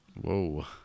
Whoa